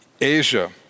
Asia